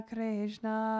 Krishna